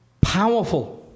powerful